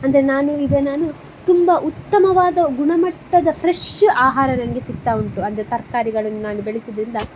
ಅಂದರೆ ನಾನು ಈಗ ನಾನು ತುಂಬ ಉತ್ತಮವಾದ ಗುಣಮಟ್ಟದ ಫ್ರೆಶ್ ಆಹಾರ ನನಗೆ ಸಿಗ್ತಾ ಉಂಟು ಅಂದರೆ ತರ್ಕಾರಿಗಳನ್ನು ನಾನು ಬೆಳೆಸಿದ್ರಿಂದ